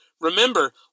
Remember